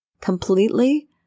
completely